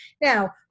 Now